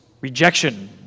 rejection